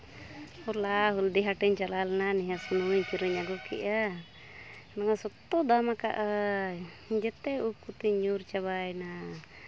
ᱦᱚᱞᱟ ᱦᱚᱞᱫᱤ ᱦᱟᱴᱤᱧ ᱪᱟᱞᱟᱣ ᱞᱮᱱᱟ ᱱᱤᱦᱟᱨ ᱥᱩᱱᱩᱢᱤᱧ ᱠᱤᱨᱤᱧ ᱟᱹᱜᱩ ᱠᱮᱜᱼᱟ ᱫᱚᱢᱮ ᱥᱚᱠᱛᱚ ᱫᱟᱢ ᱟᱠᱟᱫᱟᱭ ᱡᱚᱛᱚ ᱩᱵ ᱠᱚᱛᱤᱧ ᱧᱩᱨ ᱪᱟᱵᱟᱭᱮᱱᱟ